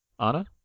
Anna